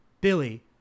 Billy